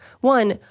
one